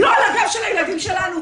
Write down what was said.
לא על הגב של הילדים שלנו.